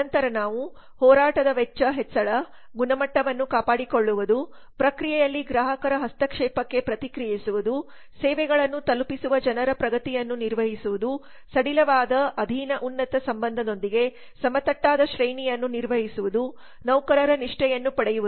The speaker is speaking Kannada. ನಂತರ ನಾವು ಹೋರಾಟದ ವೆಚ್ಚ ಹೆಚ್ಚಳ ಗುಣಮಟ್ಟವನ್ನು ಕಾಪಾಡಿಕೊಳ್ಳುವುದು ಪ್ರಕ್ರಿಯೆಯಲ್ಲಿ ಗ್ರಾಹಕರ ಹಸ್ತಕ್ಷೇಪಕ್ಕೆ ಪ್ರತಿಕ್ರಿಯಿಸುವುದು ಸೇವೆಗಳನ್ನು ತಲುಪಿಸುವ ಜನರ ಪ್ರಗತಿಯನ್ನು ನಿರ್ವಹಿಸುವುದು ಸಡಿಲವಾದ ಅಧೀನ ಉನ್ನತ ಸಂಬಂಧದೊಂದಿಗೆ ಸಮತಟ್ಟಾದ ಶ್ರೇಣಿಯನ್ನು ನಿರ್ವಹಿಸುವುದು ನೌಕರರ ನಿಷ್ಠೆಯನ್ನು ಪಡೆಯುವುದು